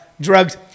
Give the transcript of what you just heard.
drugs